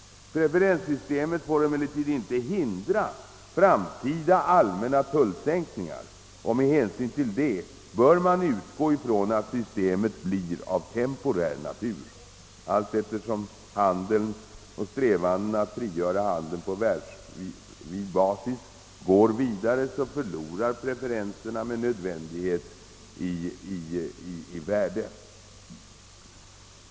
Preferenssystemet får emellertid inte hindra framtida allmänna tullsänkningar. Med hänsyn härtill bör man utgå från att systemet blir av temporär natur. Allteftersom strävandena att frigöra handeln på världsvid basis går vidare förlorar preferenserna med nödvändighet i värde.